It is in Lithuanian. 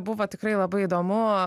buvo tikrai labai įdomu